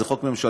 זה חוק ממשלתי.